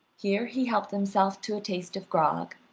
here he helped himself to a taste of grog,